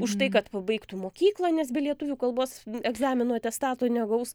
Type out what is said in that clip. už tai kad pabaigtų mokyklą nes be lietuvių kalbos egzamino atestato negaus